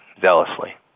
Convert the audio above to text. zealously